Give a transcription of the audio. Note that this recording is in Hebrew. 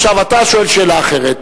עכשיו אתה שואל שאלה אחרת.